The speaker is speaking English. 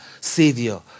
savior